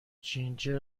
جینجر